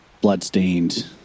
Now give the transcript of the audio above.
bloodstained